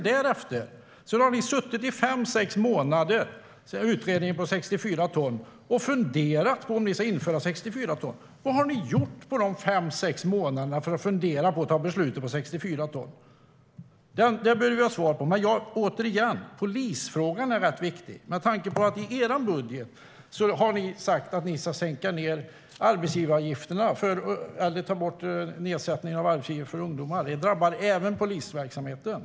Därefter har ni suttit i fem sex månader sedan utredningen om 64 ton och funderat på om ni ska införa 64 ton. Vad har ni gjort på de fem sex månaderna för att fatta beslut om 64 ton? Det bör vi ha svar på. Återigen: Polisfrågan är rätt viktig med tanke på att ni i er budget har sagt att ni ska ta bort nedsättningen av arbetsgivaravgifterna för ungdomar. Det drabbar även polisverksamheten.